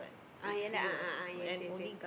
ah yea lah a'ah a'ah yes yes yes